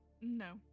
No